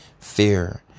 fear